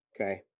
Okay